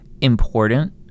important